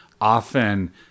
often